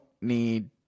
need